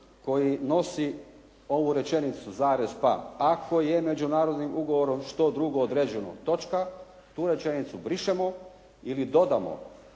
koji nosi ovu rečenicu zarez pa ako je međunarodnim ugovorom što drugo određeno točka, tu rečenicu brišemo ili dodamo